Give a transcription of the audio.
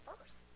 first